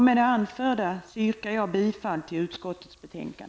Med det anförda yrkar jag bifall till utskottets hemställan.